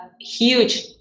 huge